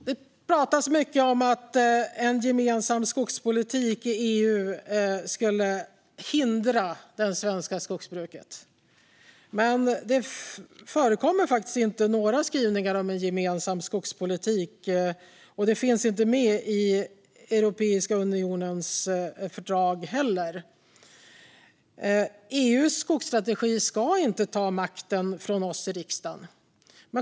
Det pratas mycket om att en gemensam skogspolitik i EU skulle hindra det svenska skogsbruket. Men det förekommer faktiskt inte några skrivningar om en gemensam skogspolitik, och det finns inte heller med i Europeiska unionens fördrag. EU:s skogsstrategi ska inte ta makten från oss i riksdagen.